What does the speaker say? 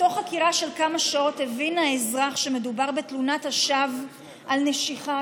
תוך חקירה של כמה שעות הבין האזרח שמדובר בתלונת שווא על נשיכה,